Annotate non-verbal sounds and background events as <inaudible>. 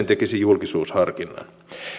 <unintelligible> tekisi julkisuusharkinnan